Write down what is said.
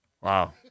Wow